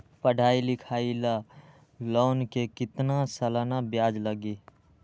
पढाई लिखाई ला लोन के कितना सालाना ब्याज लगी?